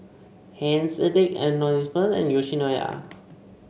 Heinz Addicts Anonymous and Yoshinoya